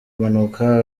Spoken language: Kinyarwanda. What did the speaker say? mpanuka